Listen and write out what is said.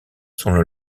selon